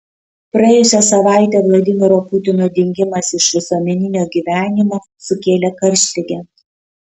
praėjusią savaitę vladimiro putino dingimas iš visuomeninio gyvenimo sukėlė karštligę